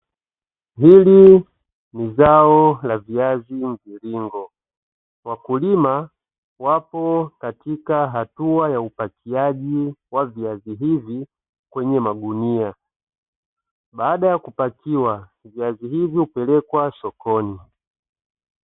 Hili ni zao la viazi mviringo, wakulima wapo katika hatua ya upakiaji wa viazi hivi kwenye magunia. Baada ya kupakiwa viazi hivi hupelekwa sokoni.